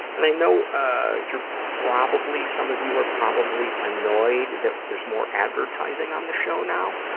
and i know ah you're probably, some of you are probably annoyed that there's more advertising on the show now,